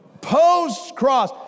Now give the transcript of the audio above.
Post-cross